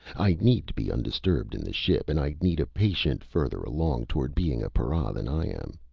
i need to be undisturbed in the ship, and i need a patient further along toward being a para than i am.